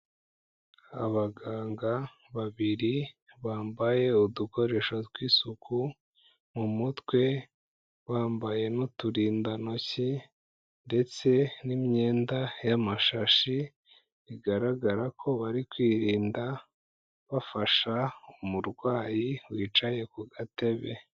Abaganga babiri bambaye udukoresho tw'isuku mu mutwe, bambaye n'uturindantoki ndetse n'imyenda y'amashashi, bigaragara ko bari kwirinda bafasha umurwayi wicaye ku gatebe.